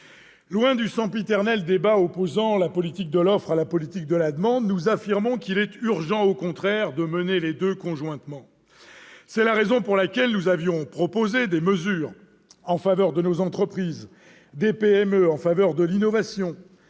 du sempiternel débat opposant politique de l'offre et politique de la demande, nous affirmons qu'il est urgent de mener les deux conjointement. C'est la raison pour laquelle nous avions proposé des mesures en faveur de nos entreprises, des PME, de l'innovation,